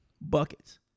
buckets